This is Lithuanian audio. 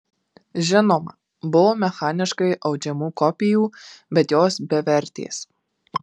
žinoma buvo mechaniškai audžiamų kopijų bet jos bevertės